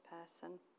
person